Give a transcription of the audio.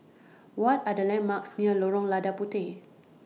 What Are The landmarks near Lorong Lada Puteh